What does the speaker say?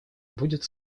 будет